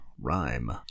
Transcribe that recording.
rhyme